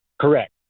Correct